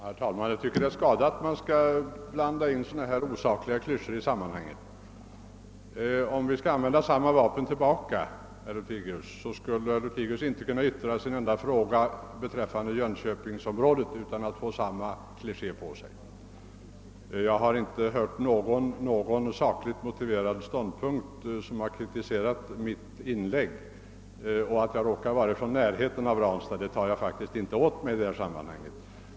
Herr talman! Jag tycker att det är skada att det skall blandas in sådana här osakliga klyschor i sammanhanget. Skulle vi använda samma vapen mot herr Lothigius, skulle han inte kunna yttra sig i en enda fråga beträffande Jönköpingsområdet utan att få samma kliché på sig. Jag har inte hört någon saklig kritik mot mitt inlägg. Att jag råkar bo i närheten av Ranstad betraktar jag inte som någon belastning i detta sammanhang.